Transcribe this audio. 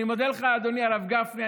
אני מודה לך, אדוני הרב גפני.